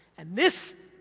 and this,